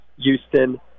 Houston